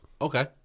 Okay